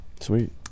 Sweet